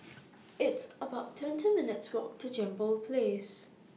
It's about twenty minutes' Walk to Jambol Place